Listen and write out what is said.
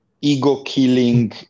ego-killing